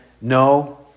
No